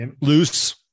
Loose